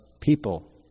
people